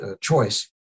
choice